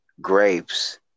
grapes